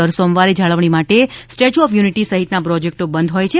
દર સોમવારે જાળવણી માટે સ્ટેચ્યુ ઓફ યુનિટી સહિતના પ્રોજેક્ટો બંધ હોય છે